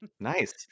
nice